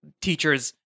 teachers